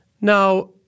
Now